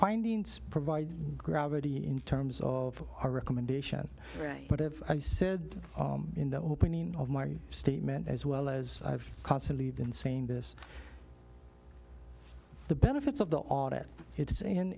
findings provide gravity in terms of our recommendation right but i've said in the opening of my statement as well as i've constantly been saying this the benefits of the audit it's